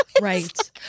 Right